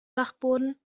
dachboden